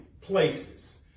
places